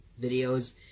videos